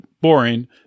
boring